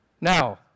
Now